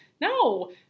No